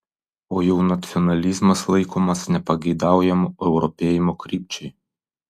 o jau nacionalizmas laikomas nepageidaujamu europėjimo krypčiai